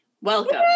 welcome